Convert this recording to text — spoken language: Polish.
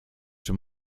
czy